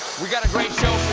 we've got a great show